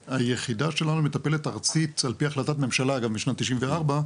והיחידה שלנו מטפלת ארצית על פי החלטת ממשלה כבר משנת 1994,